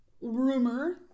rumor